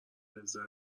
لذت